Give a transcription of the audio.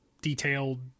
detailed